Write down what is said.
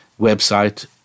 website